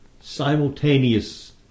Simultaneous